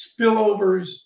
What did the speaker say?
spillovers